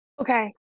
Okay